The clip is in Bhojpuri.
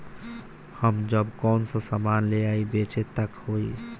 जब हम कौनो सामान ले जाई बेचे त का होही?